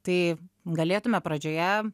tai galėtume pradžioje